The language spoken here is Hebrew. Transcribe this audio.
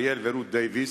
אריאל ורות דייוויס,